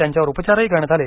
त्यांच्यावर उपचारही करण्यात आले